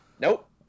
Nope